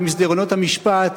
במסדרונות המשפט,